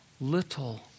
little